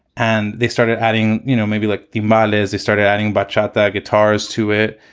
and they started adding, you know, maybe like the marlins, they started adding bachata guitars to it.